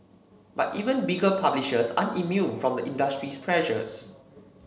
but even bigger publishers aren't immune from the industry's pressures